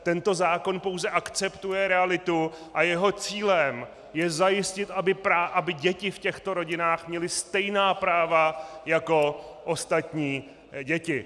Tento zákon pouze akceptuje realitu a jeho cílem je zajistit, aby děti v těchto rodinách měly stejná práva jako ostatní děti.